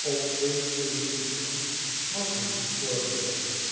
op zulk eene ontvangst was hij niet voorbereid